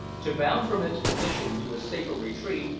to bound from its position to a safer retreat,